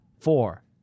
four